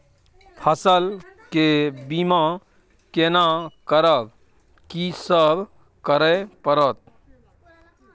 फसल के बीमा केना करब, की सब करय परत?